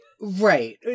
Right